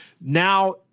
now